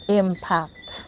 impact